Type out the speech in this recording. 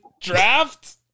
draft